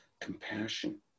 compassion